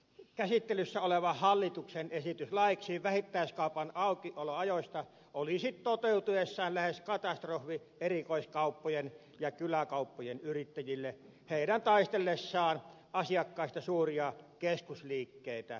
käsittelyssä oleva hallituksen esitys laiksi vähittäiskaupan aukioloajoista olisi toteutuessaan lähes katastrofi erikoiskauppojen ja kyläkauppojen yrittäjille heidän taistellessaan asiakkaista suuria keskusliikkeitä vastaan